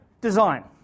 design